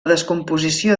descomposició